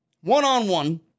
one-on-one